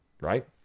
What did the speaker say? right